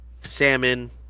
salmon